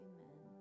Amen